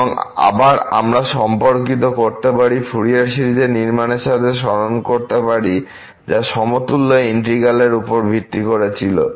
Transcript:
এবং আবার আমরা সম্পর্কিত করতে পারি ফুরিয়ার সিরিজের নির্মাণের সাথে স্মরণ করতে পারি যা সমতুল্য ইন্টিগ্র্যাল এর উপর ভিত্তি করে ছিল